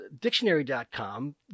dictionary.com